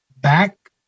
back